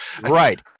Right